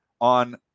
on